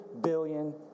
billion